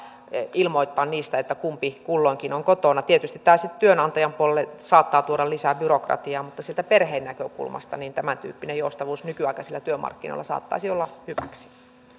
ilmoittaa niistä kumpi kulloinkin on kotona tietysti tämä sitten työnantajan puolelle saattaa tuoda lisää byrokratiaa mutta sieltä perheen näkökulmasta tämäntyyppinen joustavuus nykyaikaisilla työmarkkinoilla saattaisi olla hyväksi